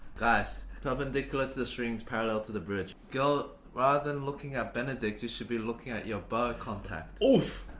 guys, perpendicular to the strings, parallel to the bridge. girl, rather than looking at benedict, you should be looking at your bow contact. ooof!